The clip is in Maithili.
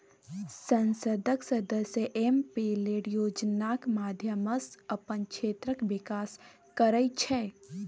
संसदक सदस्य एम.पी लेड योजनाक माध्यमसँ अपन क्षेत्रक बिकास करय छै